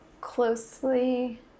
closely